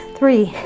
Three